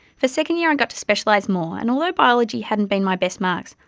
for second year, i got to specialize more, and although biology hadn't been my best marks,